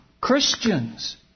Christians